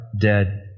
dead